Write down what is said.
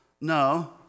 No